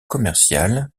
commerciale